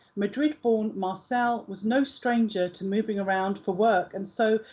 madrid-born marcel was no stranger to moving around for work and so,